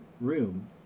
room